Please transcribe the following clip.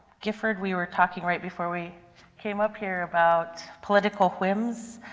differed, we were talking right before we came up here, about political whims,